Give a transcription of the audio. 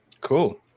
Cool